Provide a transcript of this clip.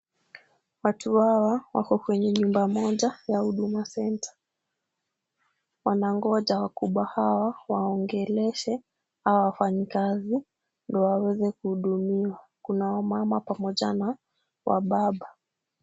Watu wao wako kwenye nyumba moja ya huduma center, Wanangoja wakubwa yao waongezeshe, hawa wafanyi kazi, ndio waweze kudumiwa kuna wamama pamojana, wababa.